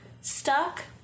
stuck